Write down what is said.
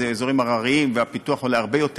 אזורים הרריים והפיתוח שם עולה הרבה יותר.